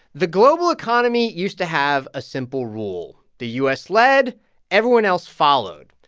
the global economy used to have a simple rule. the u s. led everyone else followed.